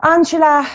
Angela